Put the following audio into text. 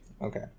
Okay